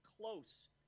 close